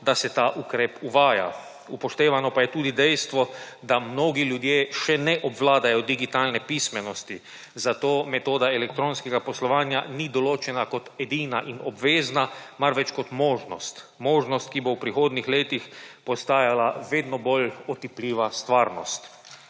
da se ta ukrep uvaja. Upoštevano pa je tudi dejstvo, da mnogi ljudje še ne obvladajo digitalne pismenosti, zato metoda elektronskega poslovanja ni določena kot edina in obvezna, marveč kot možnost, možnost, ki bo v prihodnjih letih postajala vedno bolj otipljiva stvarnost.